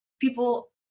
People